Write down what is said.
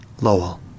Lowell